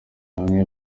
bamwe